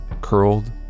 curled